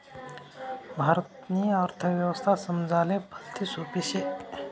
भारतनी अर्थव्यवस्था समजाले भलती सोपी शे